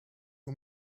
you